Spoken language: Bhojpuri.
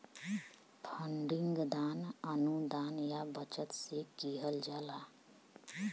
फंडिंग दान, अनुदान या बचत से किहल जाला